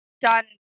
done